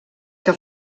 que